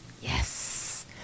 Yes